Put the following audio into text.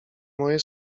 moje